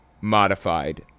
modified